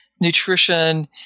nutrition